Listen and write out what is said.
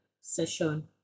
session